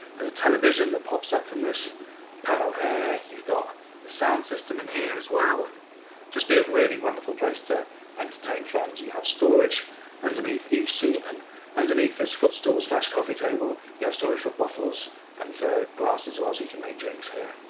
and a television that pops up from this panel here, you've got a sound system in here as well, it'll just be a really wonderful place to entertain friends, you have storage underneath each seat, and underneath this footstool slash coffee table you have storage for bottles and for glass as well, so you can make drinks here,